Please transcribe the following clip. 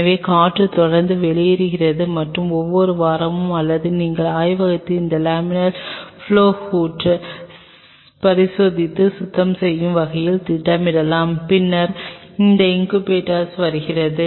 எனவே காற்று தொடர்ந்து வெளியேறுகிறது மற்றும் ஒவ்வொரு வாரமும் அல்லது உங்கள் ஆய்வகத்தை இந்த லேமினார் ப்லொவ் ஹூட்டை பரிசோதித்து சுத்தம் செய்யும் வகையில் திட்டமிடலாம் பின்னர் உங்கள் இன்குபேட்டர் வருகிறது